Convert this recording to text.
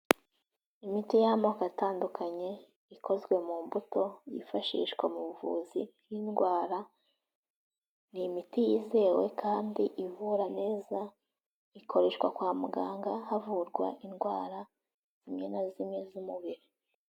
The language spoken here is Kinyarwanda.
Imiti y'amoko atandukanye ikozwe mu mbuto, yifashishwa mu buvuzi bw'indwara. Ni imiti yizewe kandi ivura neza, ikoreshwa kwa muganga havurwa indwara zimwe na zimwe z'umubiri.